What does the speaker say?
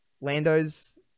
Lando's